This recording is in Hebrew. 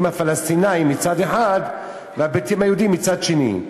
הפלסטינים מצד אחד ולבעיית הפליטים היהודים מצד שני.